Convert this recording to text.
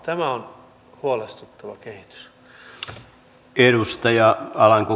tämä on huolestuttava kehitys